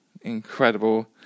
Incredible